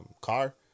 car